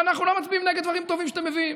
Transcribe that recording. אנחנו לא מצביעים נגד דברים טובים שאתם מביאים.